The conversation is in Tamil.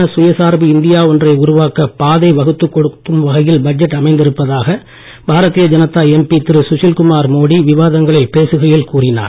வலுவான சுயசார்பு இந்தியா ஒன்றை உருவாக்க பாதை வகுத்து கொடுக்கும் வகையில் பட்ஜெட் அமைந்திருப்பதாக பாரதீய ஜனதா எம்பி திரு சுசில் குமார் மோடி விவாதங்களில் பேசுகையில் கூறினார்